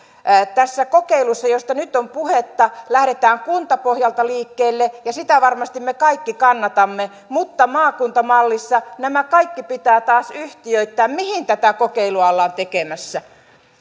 tässä kokeilussa josta nyt on puhetta lähdetään kuntapohjalta liikkeelle ja sitä varmasti me kaikki kannatamme mutta maakuntamallissa nämä kaikki pitää taas yhtiöittää mihin tätä kokeilua ollaan tekemässä